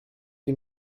die